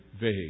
vague